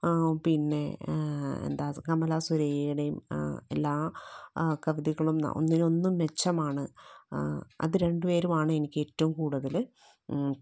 പിന്നെ എന്താ കമല സുരയ്യയുടെയും എല്ലാ കവിതകളും ഒന്നിനൊന്ന് മെച്ചമാണ് അതു രണ്ടുപേരുമാണ് എനിക്ക് ഏറ്റവും കൂടുതല്